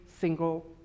single